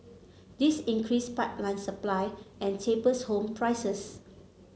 this increase pipeline supply and tapers home prices